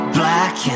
black